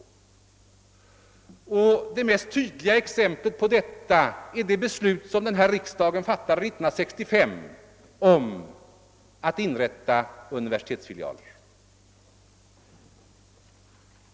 Det tydligaste exemplet är det beslut som riksdagen fattade 1965 om att inrätta: universitetsfilialer.